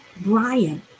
Brian